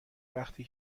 وقتی